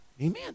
Amen